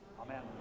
Amen